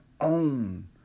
own